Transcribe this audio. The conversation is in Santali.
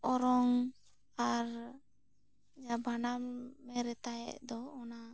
ᱚᱨᱚᱝ ᱟᱨ ᱵᱟᱱᱟᱢ ᱨᱮᱛᱟ ᱮᱫ ᱫᱚ ᱚᱱᱟ